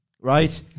right